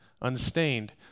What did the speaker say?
unstained